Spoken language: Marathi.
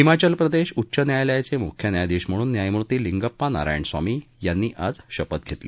हिमाचल प्रदेश उच्च न्यायालयाचे मुख्य न्यायाधीश म्हणून न्यायमूर्ती लिंगप्पा नारायण स्वामी यांनी आज शपथ घेतली